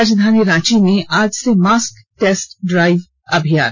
राजधानी रांची में आज से मास्क टेस्ट ड्राइव अभियान